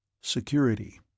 Security